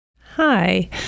Hi